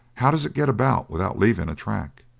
how does it get about without leaving a track?